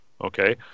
okay